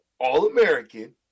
All-American